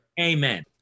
Amen